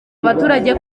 abaturage